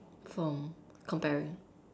from comparing